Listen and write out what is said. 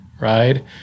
right